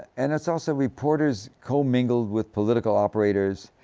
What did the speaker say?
and so so reporters commingled with political operators.